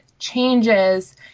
changes